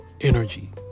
energy